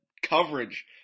coverage